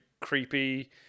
creepy